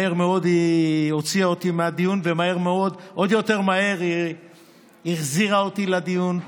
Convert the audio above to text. מהר מאוד היא הוציאה אותי מהדיון ועוד יותר מהר היא החזירה אותי לדיון.